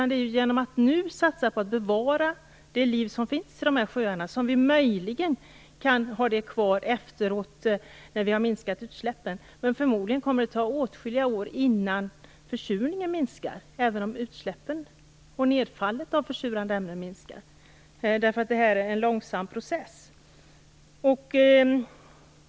Det är genom att nu satsa på att bevara det liv som finns i dessa sjöar som vi möjligen kan ha det kvar efteråt, när vi har minskat utsläppen, men förmodligen kommer det att ta åtskilliga år innan försurningen minskar även om utsläppen och nedfallet av försurande ämnen minskar. Det här är en långsam process.